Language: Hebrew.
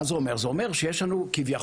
זה אומר שיש לנו כביכול,